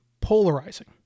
polarizing